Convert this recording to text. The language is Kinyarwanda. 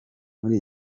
muri